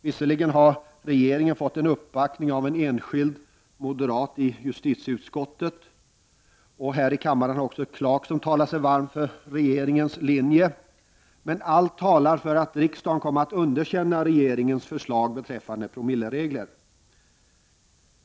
Visserligen har regeringen fått uppbackning från en enskild moderat i justitieutskottet, och här i kammaren har också herr Clarkson talat sig varm för regeringens linje, men allt tyder på att riksdagen kommer att underkänna regeringens förslag beträffande promilleregler.